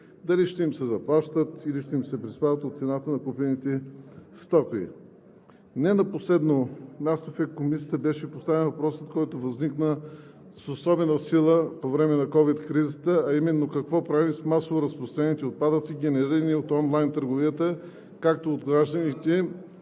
Дали ще им се заплащат, или ще им се приспадат от цената на купените стоки. Не на последно място, и в Комисията беше поставен въпросът, който с особена сила възникна по време на ковид кризата, а именно какво правим с масово разпространените отпадъци, генерирани от онлайн търговията както от гражданите,